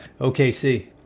okc